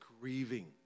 grieving